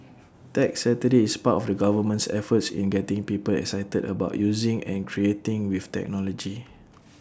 Tech Saturday is part of the government's efforts in getting people excited about using and creating with technology